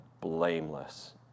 blameless